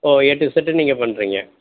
O A to இஸட்டும் நீங்கள் பண்ணுறீங்க